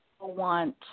want